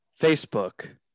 Facebook